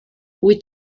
wyt